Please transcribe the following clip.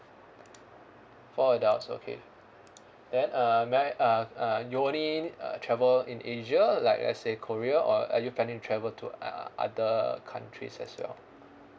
four adults okay then uh may I uh uh you only uh travel in asia like let's say korea or are you planning to travel to uh other countries as well